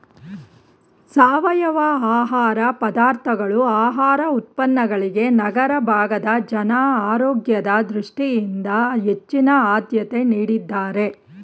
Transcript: ಸಾವಯವ ಆಹಾರ ಪದಾರ್ಥಗಳು ಆಹಾರ ಉತ್ಪನ್ನಗಳಿಗೆ ನಗರ ಭಾಗದ ಜನ ಆರೋಗ್ಯದ ದೃಷ್ಟಿಯಿಂದ ಹೆಚ್ಚಿನ ಆದ್ಯತೆ ನೀಡಿದ್ದಾರೆ